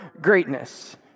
greatness